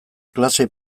klase